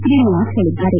ಶ್ರೀನಿವಾಸ್ ಹೇಳಿದ್ದಾರೆ